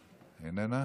איננה?